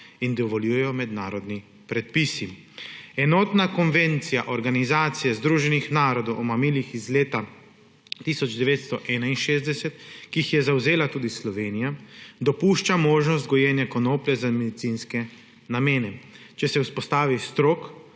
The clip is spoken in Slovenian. in dovoljujejo mednarodni predpisi. Enotna konvencija Organizacije združenih narodov o mamilih iz leta 1961, ki jo je zavzela tudi Slovenija, dopušča možnost gojenja konoplje za medicinske namene, če se vzpostavi strog